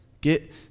get